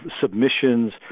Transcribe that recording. submissions